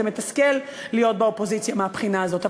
זה מתסכל להיות באופוזיציה מהבחינה הזאת,